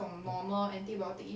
eh